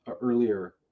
earlier